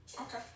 Okay